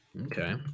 Okay